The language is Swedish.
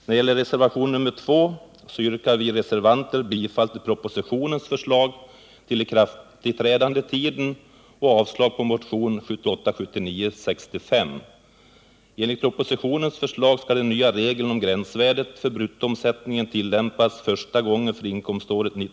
När det gäller reservationen 2 så yrkar vi reservanter bifall till propositionens förslag till ikraftträdandetid och avslag på motionen 1978/79:65.